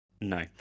No